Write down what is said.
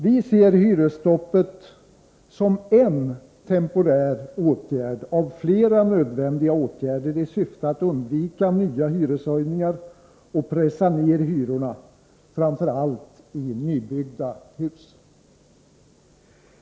Vi ser hyresstoppet som en temporär åtgärd av flera nödvändiga åtgärder i syfte att undvika nya hyreshöjningar och att pressa ned hyrorna, framför allt i nybyggda hus.